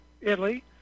Italy